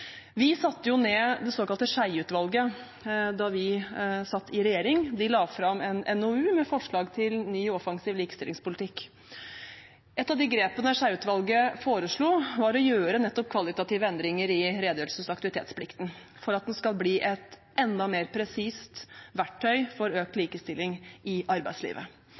Vi satte ned det såkalte Skjeie-utvalget da vi satt i regjering, og de la fram en NOU med forslag til en ny og offensiv likestillingspolitkk. Et av de grepene Skjeie-utvalget foreslo, var å gjøre nettopp kvalitative endringer i redegjørelses- og aktivitetsplikten for at den skal bli et enda mer presist verktøy for økt likestilling i arbeidslivet.